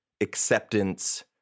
acceptance